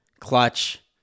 Clutch